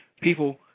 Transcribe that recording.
People